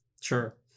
Sure